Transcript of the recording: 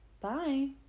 Bye